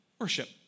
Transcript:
worship